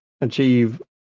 achieve